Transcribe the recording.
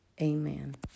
Amen